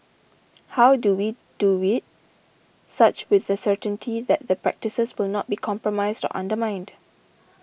how do we do it such with the certainty that the practices will not be compromised undermined